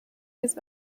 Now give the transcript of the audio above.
his